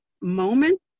moment